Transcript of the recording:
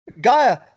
Gaia